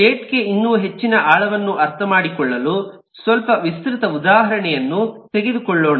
state ಗೆ ಇನ್ನೂ ಹೆಚ್ಚಿನ ಆಳವನ್ನು ಅರ್ಥಮಾಡಿಕೊಳ್ಳಲು ಸ್ವಲ್ಪ ವಿಸ್ತೃತ ಉದಾಹರಣೆಯನ್ನು ತೆಗೆದುಕೊಳ್ಳೋಣ